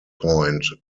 point